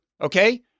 Okay